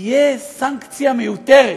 תהיה סנקציה, מיותרת.